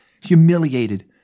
humiliated